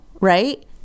right